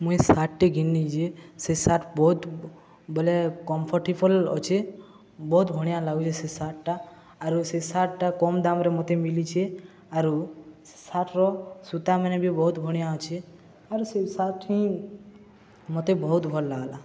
ମୁଇଁ ଏଇ ସାର୍ଟଟେ ଘିନିଛେ ସେ ସାର୍ଟ ବହୁତ ବୋଲେ କମ୍ଫର୍ଟେବଲ୍ ଅଛେ ବହୁତ ବନ୍ହିଆ ଲାଗୁଛେ ସେ ସାର୍ଟଟା ଆରୁ ସେ ସାର୍ଟଟା କମ ଦାମରେ ମୋତେ ମିଲିଛେ ଆରୁ ସେ ସାର୍ଟର ସୁତା ମାନେ ବି ବହୁତ ବନ୍ହିଆ ଅଛେ ଆରୁ ସେ ସାର୍ଟ ବି ମୋତେ ବହୁତ ଭଲ୍ ଲାଗ୍ଲା